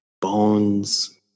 bones